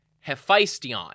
Hephaestion